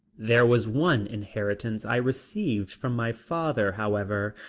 there was one inheritance i received from my father, however,